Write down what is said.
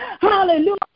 hallelujah